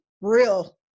real